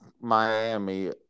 Miami